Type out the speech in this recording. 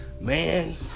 Man